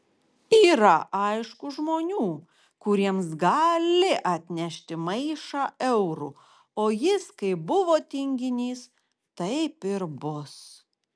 yra aišku žmonių kuriems gali atnešti maišą eurų o jis kaip buvo tinginys taip ir bus